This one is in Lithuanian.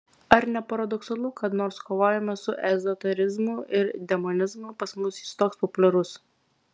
ar ne paradoksalu kad nors kovojama su ezoterizmu ir demonizmu pas mus jis toks populiarus